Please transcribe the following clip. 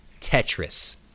Tetris